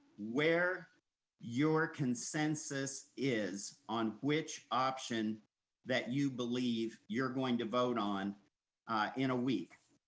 where your consensus is on which option that you believe you're are going to vote on in a week.